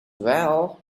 well